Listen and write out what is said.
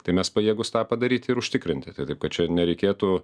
tai mes pajėgūs tą padaryti ir užtikrinti tai taip kad čia nereikėtų